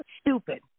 stupid